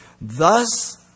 Thus